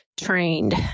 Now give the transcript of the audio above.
trained